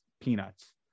peanuts